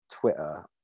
Twitter